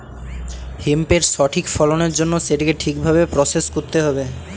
হেম্পের সঠিক ফলনের জন্য সেটিকে ঠিক ভাবে প্রসেস করতে হবে